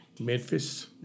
Memphis